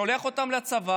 שולח אותם לצבא,